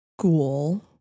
school